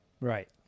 Right